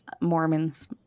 Mormons